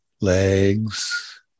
legs